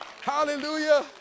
hallelujah